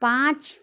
پانچ